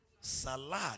salad